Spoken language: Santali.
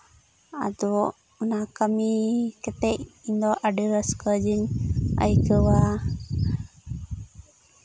ᱟᱫᱚ ᱚᱱᱟ ᱠᱟᱹᱢᱤ ᱠᱟᱛᱮᱫ ᱤᱧ ᱫᱚ ᱟᱹᱰᱤ ᱨᱟᱹᱥᱠᱟᱹ ᱜᱮᱧ ᱟᱹᱭᱠᱟᱹᱣᱟ